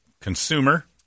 consumer